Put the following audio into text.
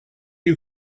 you